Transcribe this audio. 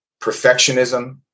perfectionism